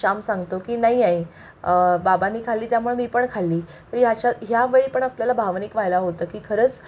श्याम सांगतो की नाही आई बाबांनी खाल्ली त्यामुळे मी पण खाल्ली तर ह्याच्या ह्यावेळी पण आपल्याला भावनिक व्हायला होतं की खरंच